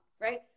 right